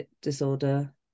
disorder